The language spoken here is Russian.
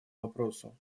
вопросу